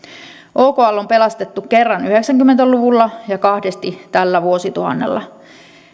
okl on pelastettu kerran yhdeksänkymmentä luvulla ja kahdesti tällä vuosituhannella